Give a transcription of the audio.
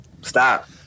Stop